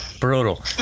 Brutal